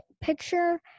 picture